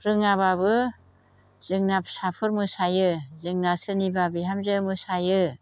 रोङाबाबो जोंना फिसाफोर मोसायो जोंना सोरनिबा बिहामजो मोसायो